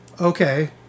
Okay